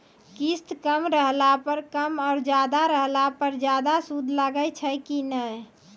किस्त कम रहला पर कम और ज्यादा रहला पर ज्यादा सूद लागै छै कि नैय?